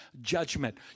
judgment